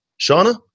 Shauna